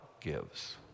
gives